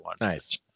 nice